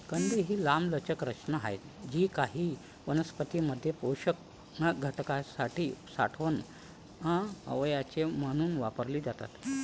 कंद ही लांबलचक रचना आहेत जी काही वनस्पतीं मध्ये पोषक घटकांसाठी साठवण अवयव म्हणून वापरली जातात